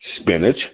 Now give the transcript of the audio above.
spinach